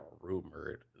rumored